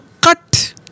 cut